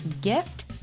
gift